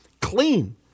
clean